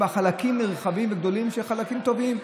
יש בה חלקים נרחבים וגדולים שהם חלקים טובים,